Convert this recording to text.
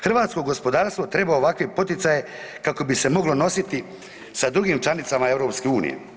Hrvatsko gospodarstvo treba ovakve poticaje kako bi se moglo nositi sa drugim članicama EU.